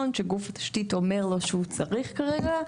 שגוף התשתית אומר לו שהוא צריך כרגע,